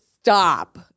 stop